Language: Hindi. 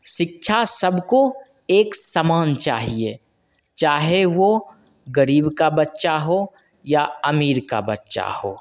शिक्षा सबको एक समान चाहिए चाहे वो गरीब का बच्चा हो या अमीर का बच्चा हो